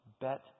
Bet